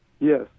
yes